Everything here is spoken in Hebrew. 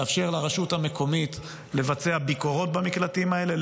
לאפשר לרשות המקומית לבצע ביקורות במקלטים האלה,